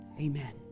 Amen